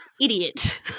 idiot